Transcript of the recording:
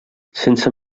sense